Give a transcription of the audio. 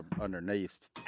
underneath